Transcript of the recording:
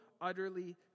utterly